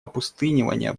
опустынивания